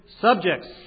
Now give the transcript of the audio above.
Subjects